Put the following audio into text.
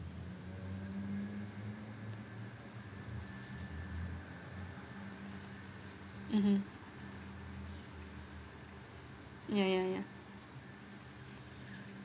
mmhmm yeah yeah yeah